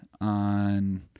on